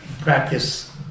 practice